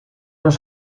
los